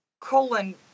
colon